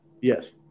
Yes